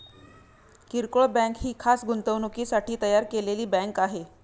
किरकोळ बँक ही खास गुंतवणुकीसाठी तयार केलेली बँक आहे